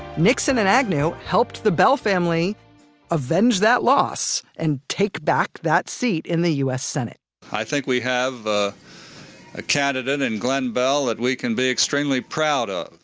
nixon and agnew helped the beall family avenge that loss and take back that seat in the u s. senate i think we have a ah candidate in glenn beall that and we can be extremely proud of,